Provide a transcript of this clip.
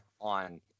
on